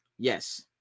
Yes